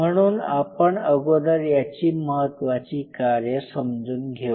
म्हणून आपण अगोदर याची महत्त्वाची कार्य समजून घेऊ